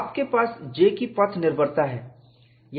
आपके पास J की पथ निर्भरता है